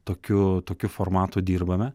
tokių tokiu formatu dirbame